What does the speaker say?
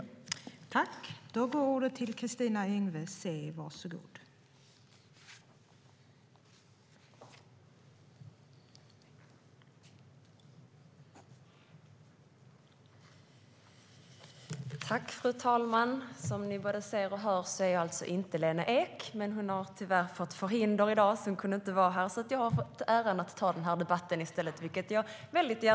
Då Lena Ek, som framställt interpellationen, anmält att hon var förhindrad att närvara vid sammanträdet medgav tredje vice talmannen att Kristina Yngwe i stället fick delta i överläggningen.